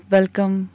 Welcome